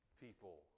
people